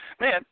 Man